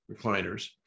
recliners